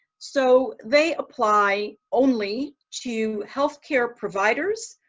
so they apply only to health care providers,